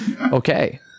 Okay